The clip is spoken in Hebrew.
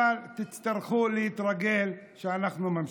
אבל תצטרכו להתרגל שאנחנו ממשיכים.